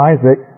Isaac